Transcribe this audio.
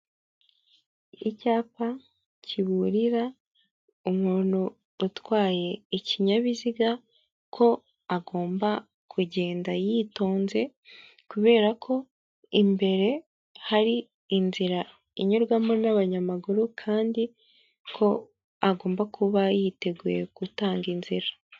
Icyapa kiburira umuntu utwaye ikinyabiziga ko agomba kugenda yitonze kubera ko imbere hari inzira inyurwamo n'abanyamaguru kandi ko agomba kuba yiteguye gutanga inzira.